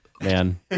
man